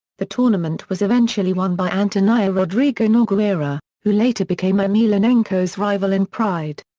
the tournament was eventually won by antonio rodrigo nogueira, who later became emelianenko's rival in pride.